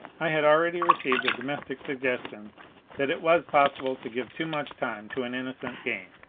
i had already received a domestic suggestion that it was possible to give too much time to an innocent game,